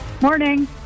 Morning